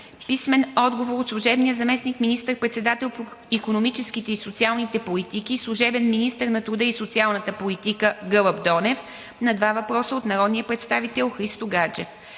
Христо Гаджев; - служебния заместник министър-председател по икономическите и социалните политики и служебен министър на труда и социалната политика Гълъб Донев на два въпроса от народния представител Христо Гаджев;